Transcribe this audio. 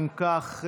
אם כך,